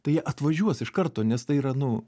tai jie atvažiuos iš karto nes tai yra nu